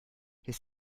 his